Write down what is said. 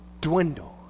dwindle